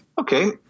Okay